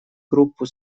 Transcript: группу